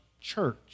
church